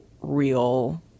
real